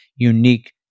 unique